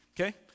Okay